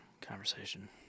conversation